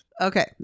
okay